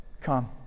come